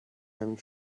همین